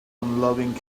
unloving